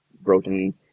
broken